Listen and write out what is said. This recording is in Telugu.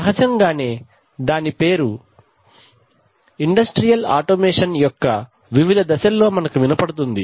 సహజంగానే దాని పేరు ఇండస్ట్రియల్ ఆటోమేషన్ యొక్క వివిధ దశల్లో మనకు వినబడుతుంది